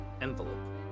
envelope